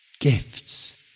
gifts